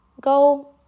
go